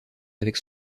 avec